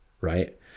right